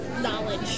knowledge